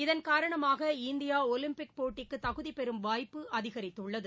இதன் காரணமாக India Olympic போட்டிக்கு தகுதி பெறும் வாய்ப்பு அதிகரித்துள்ளது